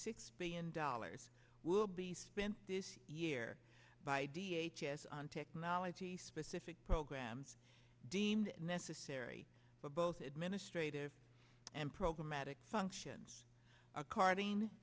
six billion dollars will be spent this year by d h h s on technology specific programs deemed necessary for both administer and programatic functions according